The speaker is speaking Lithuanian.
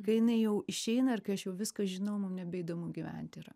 kai jinai jau išeina ir kai aš jau viską žinau man nebeįdomu gyventi yra